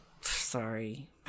sorry